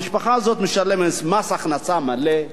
המשפחה הזאת משלמת מס הכנסה מלא,